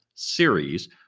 series